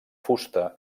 fusta